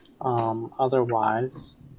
Otherwise